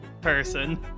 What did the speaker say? person